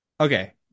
okay